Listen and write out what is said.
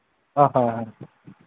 ꯑ ꯍꯣꯏ ꯍꯣꯏ